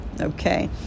Okay